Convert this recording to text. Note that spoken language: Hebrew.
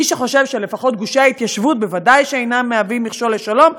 מי שחושב שלפחות גושי ההתיישבות ודאי שאינם מהווים מכשול לשלום,